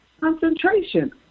concentration